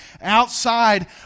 outside